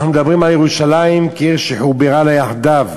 אנחנו מדברים על ירושלים כעיר שחוברה לה יחדיו,